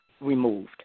removed